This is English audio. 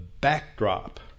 backdrop